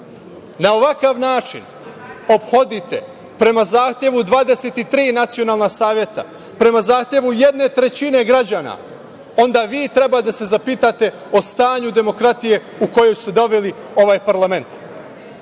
na ovakav način ophodite prema zahtevu 23 nacionalna saveta, prema zahtevu jedne trećine građana, onda vi treba da se zapitate o stanju demokratije u koju su doveli ovaj parlament.